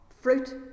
fruit